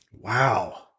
wow